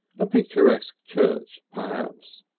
a picturesque church, perhaps,